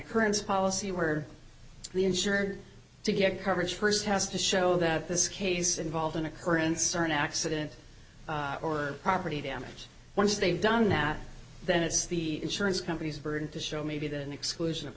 occurrence policy where the insurer to get coverage first has to show that this case involved in occurrence or an accident or property damage once they've done that then it's the insurance company's burden to show maybe the exclusion of